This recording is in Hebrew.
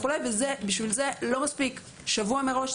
בשביל זה לא מספיק שבוע מראש.